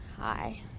hi